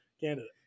candidate